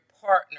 partner